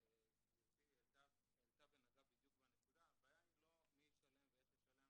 שגברתי העלתה ונגעה בדיוק בנקודה הבעיה היא לא מי ישלם ואיך ישלם